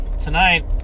tonight